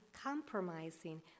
compromising